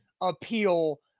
appeal